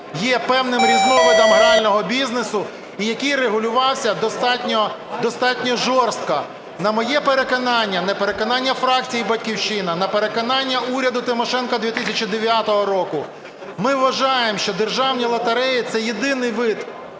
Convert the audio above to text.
є певним різновидом грального бізнесу і який регулювався достатньо жорстко. На моє переконання і на переконання фракції "Батьківщина", на переконання уряду Тимошенко 2009 року, ми вважаємо, що державні лотереї – це єдиний вид,